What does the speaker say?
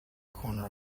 corner